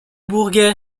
bourget